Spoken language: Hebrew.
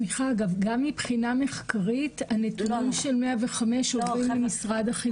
גם מבחינה מחקרית הנתונים של 105 עוברים למשרד החינוך.